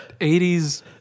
80s –